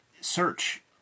search